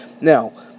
Now